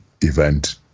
event